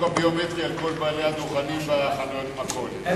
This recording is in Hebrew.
היית מבקש להחיל את החוק הביומטרי על כל בעלי הדוכנים וחנויות המכולת.